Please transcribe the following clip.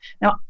Now